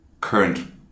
current